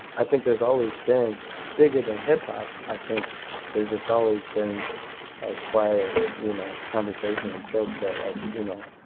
i think there's always been bigger than hip-hop, i think there's just always been a quiet, you know, conversation and joke that like, you know,